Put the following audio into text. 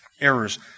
errors